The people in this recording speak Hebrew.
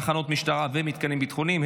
תחנות משטרה ומתקנים ביטחוניים),